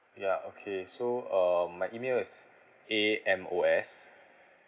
ya okay so um my email is A M O S